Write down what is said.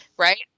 Right